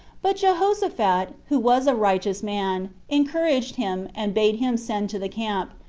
but jehoshaphat, who was a righteous man, encouraged him, and bade him send to the camp,